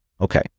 okay